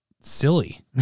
silly